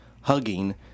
hugging